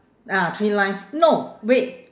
ah three lines no wait